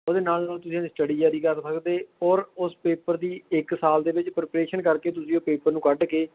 ਉਹਦੇ ਨਾਲ ਨਾਲ ਤੁਸੀਂ ਆਪਦੀ ਸਟੱਡੀ ਜਾਰੀ ਕਰ ਸਕਦੇ ਔਰ ਉਸ ਪੇਪਰ ਦੀ ਇੱਕ ਸਾਲ ਦੇ ਵਿੱਚ ਪ੍ਰਿਪਰੇਸ਼ਨ ਕਰਕੇ ਤੁਸੀਂ ਉਹ ਪੇਪਰ ਨੂੰ ਕੱਢ ਕੇ